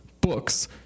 books